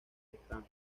están